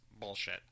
bullshit